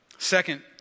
Second